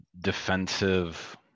defensive